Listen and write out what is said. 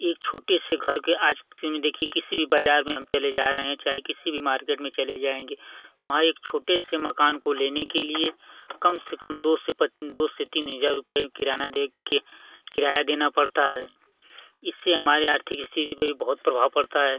एक छोटे से घर के आज के समय देखिए किसी भी बाज़ार में हम चले जा रहे हैं चाहे किसी भी मार्केट में चले जाएंगे तो वहाँ एक छोटे से मकान को लेने के लिए कम से कम दो से दो से तीन हज़ार रुपये किराना दे के किराया देना पड़ता है इससे हमारी आर्थिक स्थिति पर भी बहुत प्रभाव पड़ता है